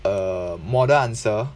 a model answer